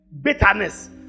Bitterness